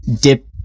dip